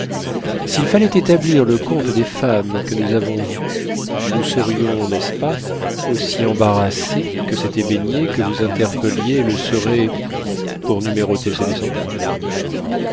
s'il fallait établir le compte des femmes que nous avons eues nous serions n'est-ce pas aussi embarrassés que cet ébénier que vous interpelliez le serait pour numéroter ses descendants